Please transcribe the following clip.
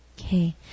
Okay